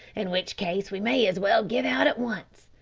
in which case we may as well give out at once.